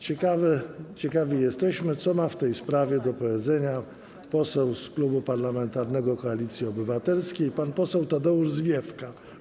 Ciekawi jesteśmy, co w tej sprawie ma do powiedzenia poseł z Klubu Parlamentarnego Koalicja Obywatelska, pan poseł Tadeusz Zwiefka.